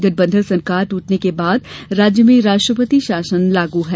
गठबंधन सरकार टूटने के बाद राज्य में राष्ट्रपति शासन लागू है